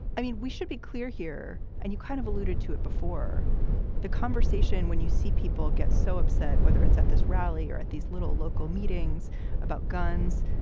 i mean, we should be clear here. and you kind of alluded to it before the conversation. when you see people get so upset, whether it's at this rally or at these little local meetings about guns.